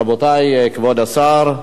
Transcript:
רבותי, כבוד השר,